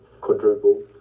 quadruple